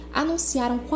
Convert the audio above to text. anunciaram